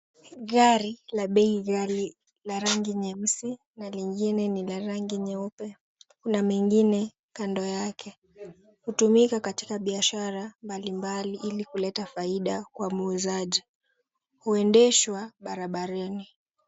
Gari la bei ghali la rangi nyeusi na lingine ni la rangi nyeupe, kuna mengine kando yake. Hutumika katika biashara mbalimbali ili kuleta faida kwa muuzaji. Huendeshwa barabarani.